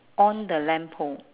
on the lamppost